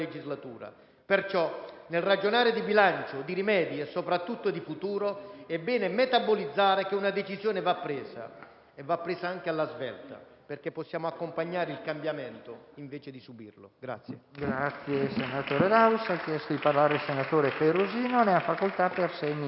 Quindi, nel ragionare di bilancio, di rimedi e soprattutto di futuro, è bene metabolizzare che una decisione va presa, e va presa anche alla svelta, perché possiamo accompagnare il cambiamento invece di subirlo.